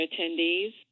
attendees